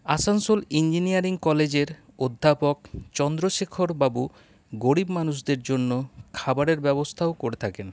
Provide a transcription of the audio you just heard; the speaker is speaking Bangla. আসানসোল ইঞ্জিনিয়ারিং কলেজের অধ্যাপক চন্দ্রশেখর বাবু গরিব মানুষদের জন্য খাবারের ব্যবস্থাও করে থাকেন